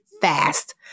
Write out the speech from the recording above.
fast